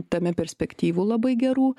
tame perspektyvų labai gerų